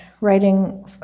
Writing